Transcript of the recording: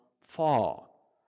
fall